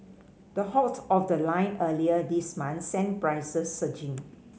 the halt of the line earlier this month sent prices surging